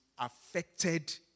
affected